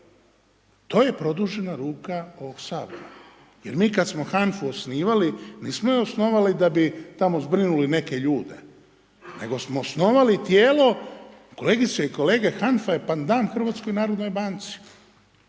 to je produžena ruka ovog Sabora jer mi kad smo HANFA-u osnivali, nismo ju osnovali da bi tamo zbrinuli neke ljude, nego smo osnovali tijelo, kolegice i kolege, HANFA je panadan HNB-u. Hrvatska